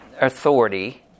authority